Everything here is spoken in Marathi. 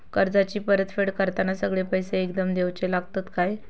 कर्जाची परत फेड करताना सगळे पैसे एकदम देवचे लागतत काय?